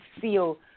feel